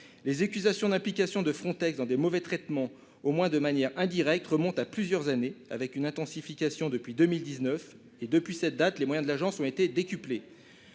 Les accusations d'implication de Frontex dans de mauvais traitements, au moins de manière indirecte, remontent à plusieurs années, et se sont intensifiées depuis 2019, date à partir de laquelle les moyens de l'agence ont été décuplés.